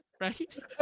Right